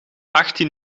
achttien